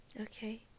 Okay